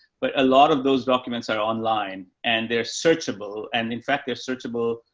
but a lot of those documents are online and they're searchable and in fact they're searchable.